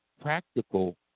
practical